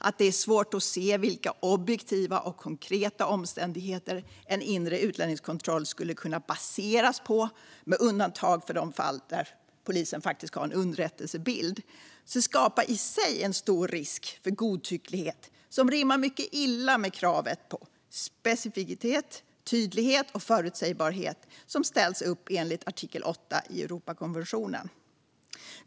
Att det är svårt att se vilka objektiva och konkreta omständigheter en inre utlänningskontroll skulle kunna baseras på, med undantag för de fall där polisen har en underrättelsebild, skapar i sig en stor risk för godtycklighet som rimmar mycket illa med de krav på specificitet, tydlighet och förutsebarhet som ställs upp enligt artikel 8 i Europakonventionen.